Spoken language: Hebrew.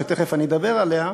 שתכף אני אדבר עליה,